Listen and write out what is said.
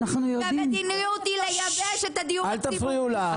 והמדיניות היא לייבש את הדיור הציבורי.